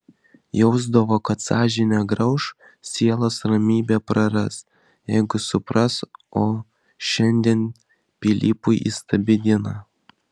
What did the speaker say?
jausdavo kad sąžinė grauš sielos ramybę praras jeigu supras o šiandien pilypui įstabi diena